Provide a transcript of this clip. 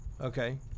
okay